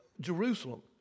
Jerusalem